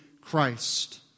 Christ